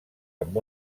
amb